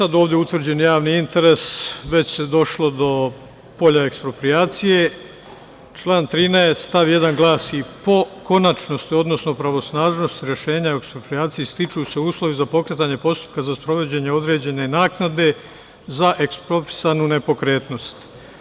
Ovde utvrđeni javni interes, već se došlo do polja eksproprijacije, član 13. stav 1. glasi: "Po konačnosti, odnosno pravosnažnosti rešenja o eksproprijaciji stiču se uslovi za pokretanje postupka za sprovođenje određene naknade za eksproprisanu nepokretnost.